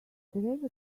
theresa